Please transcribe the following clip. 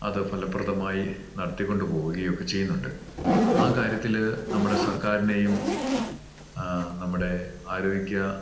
അത് ഫലപ്രദമായി നടത്തികൊണ്ട് പോവുക ഒക്കെ ചെയ്യുന്നുണ്ട് ആ കാര്യത്തിൽ നമ്മുടെ സർക്കാരിനെയും നമ്മുടെ ആരോഗ്യ